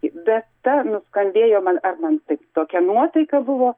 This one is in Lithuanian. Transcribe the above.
data nuskambėjo man ar man taip tokia nuotaika buvo